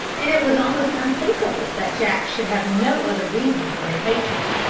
and it was almost unthinkable that jack should have no other reason for his hatred.